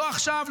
לא עכשיו,